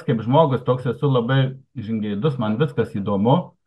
kaip žmogus toks esu labai žingeidus man viskas įdomu